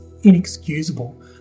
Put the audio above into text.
inexcusable